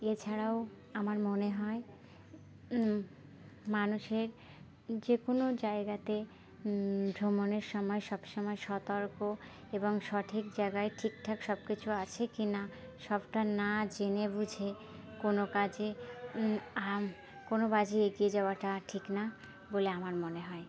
এছাড়াও আমার মনে হয় মানুষের যে কোনো জায়গাতে ভ্রমণের সময় সবসময় সতর্ক এবং সঠিক জায়গায় ঠিক ঠাক সব কিছু আছে কি না সবটা না জেনে বুঝে কোনো কাজে কোনো কাজে এগিয়ে যাওয়াটা ঠিক না বলে আমার মনে হয়